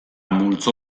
multzo